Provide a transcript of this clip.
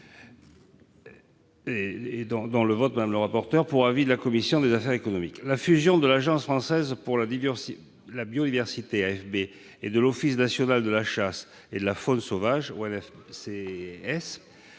et celle de Mme la rapporteure pour avis de la commission des affaires économiques. La fusion de l'Agence française pour la biodiversité et de l'Office national de la chasse et de la faune sauvage doit